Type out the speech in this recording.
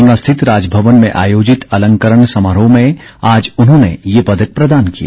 शिमलॉ स्थित राजभवन में आयोजित अलंकरण समारोह में आज उन्होंने ये पदक प्रदान किए